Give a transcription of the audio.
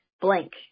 blank